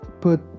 put